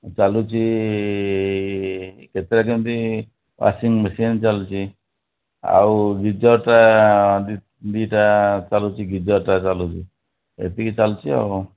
ଚାଲୁଛି କେତେବେଳେ କେମିତି ୱାସିଂ ମେସିନ୍ ଚାଲୁଛି ଆଉ ଗିଜର୍ଟା ଦୁଇ ଦୁଇଟା ଚାଲୁଛି ଗିଜର୍ଟା ଚାଲୁଛି ଏତିକି ଚାଲୁଛି ଆଉ କ'ଣ